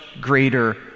greater